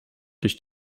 durch